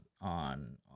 on